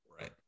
Right